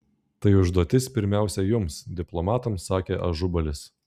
tai užduotis pirmiausia jums diplomatams sakė ažubalis